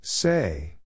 Say